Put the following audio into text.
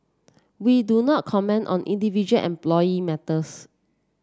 we do not comment on individual employee matters